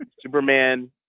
superman